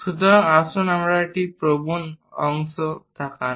সুতরাং আসুন একটি প্রবণ অংশ তাকান